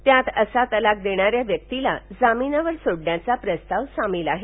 त्यात वसा तलाक देणाऱ्या व्यक्तीला जामिनावर सोडण्याचा प्रस्ताव सामील आहे